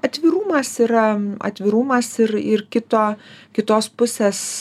atvirumas yra atvirumas ir ir kito kitos pusės